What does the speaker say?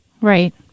Right